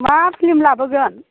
मा फ्लिम लाबोगोन